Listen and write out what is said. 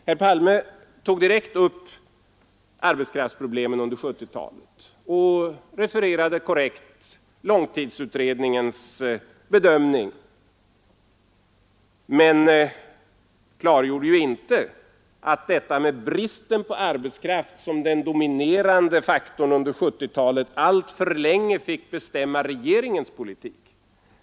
Herr Palme tog direkt upp arbetskraftsproblemen under 1970-talet och refererade korrekt långtidsutredningens bedömning. Men han klargjorde inte att detta med bristen på arbetskraft som den dominerande faktorn under 1970-talet alltför länge fick bestämma regeringens politik.